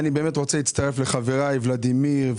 אני באמת רוצה להצטרף לחבריי ולדימיר,